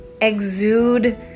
exude